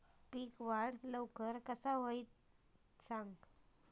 पीक वाढ लवकर कसा होईत?